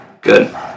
Good